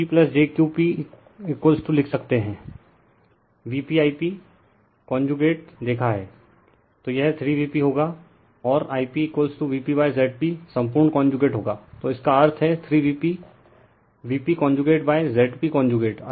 P pjQp लिख सकते हैं Vp I p कॉनजूगेट देखा है तो यह 3Vp होगा और I pVpZp संपूर्ण कॉनजूगेट होगा तो इसका अर्थ है 3VpVp कॉनजूगेट Zp कॉनजूगेट